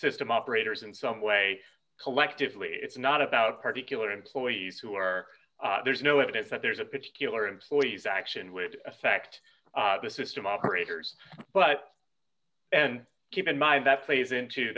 system operators in some way collectively it's not about particularly employees who are there's no evidence that there's a particular employee's action would affect the system operators but and keep in mind that plays into